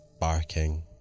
barking